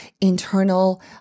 internal